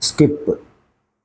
skip